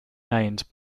named